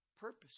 purpose